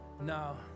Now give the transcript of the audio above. no